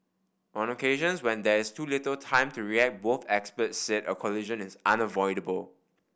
on occasions when there is too little time to react both experts said a collision is unavoidable